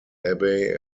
abbey